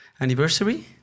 anniversary